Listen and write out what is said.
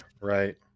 right